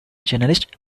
journalist